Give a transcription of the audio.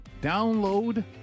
download